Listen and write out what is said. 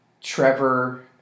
Trevor